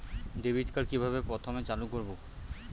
Debit card কিভাবে প্রথমে চালু করব?